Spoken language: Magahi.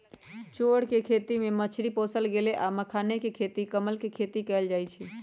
चौर कें खेती में मछरी पोशल गेल आ मखानाके खेती कमल के खेती कएल जाइत हइ